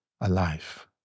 alive